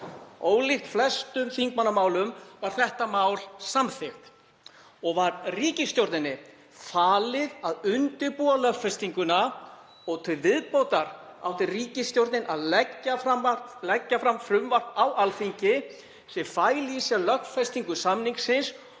Ólíkt flestum þingmannamálum var þetta mál samþykkt og var ríkisstjórninni falið að undirbúa lögfestinguna. Til viðbótar átti ríkisstjórnin að leggja fram frumvarp á Alþingi sem fæli í sér lögfestingu samningsins